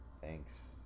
Thanks